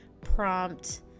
prompt